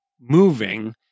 moving